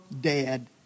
dead